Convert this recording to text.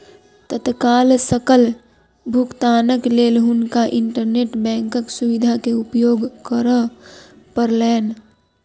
तत्काल सकल भुगतानक लेल हुनका इंटरनेट बैंकक सुविधा के उपयोग करअ पड़लैन